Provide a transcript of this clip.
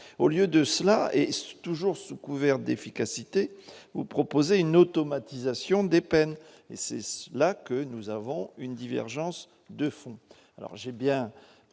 au lieu de cela est toujours sous couvert d'efficacité ou proposer une automatisation des peines et c'est là que nous avons une divergence de fond